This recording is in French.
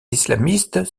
islamistes